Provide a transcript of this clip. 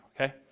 okay